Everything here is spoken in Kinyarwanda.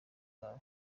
babo